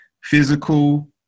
physical